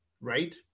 right